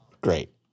Great